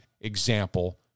example